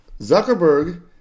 Zuckerberg